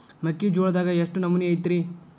ಮೆಕ್ಕಿಜೋಳದಾಗ ಎಷ್ಟು ನಮೂನಿ ಐತ್ರೇ?